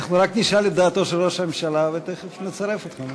אנחנו רק נשאל את דעתו של ראש הממשלה ותכף נצטרף אותך.